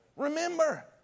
Remember